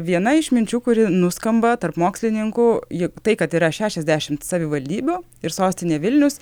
viena išminčių kuri nuskamba tarp mokslininkų juk tai kad yra šešiasdešimt savivaldybių ir sostinė vilnius